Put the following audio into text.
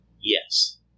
Yes